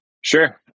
Sure